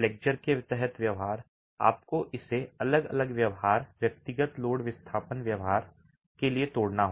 flexure के तहत व्यवहार आपको इसे अलग अलग व्यवहार व्यक्तिगत लोड विस्थापन व्यवहार के लिए तोड़ना होगा